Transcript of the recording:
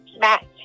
match